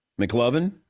McLovin